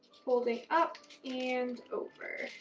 folding up and over.